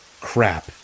Crap